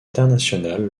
internationale